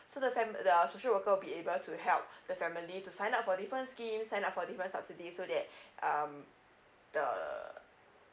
so the fami~ the social worker will be able to help the family to sign up for different scheme sign up for different subsidies so that um the